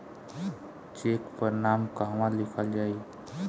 Check पर नाम कहवा लिखल जाइ?